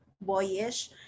boyish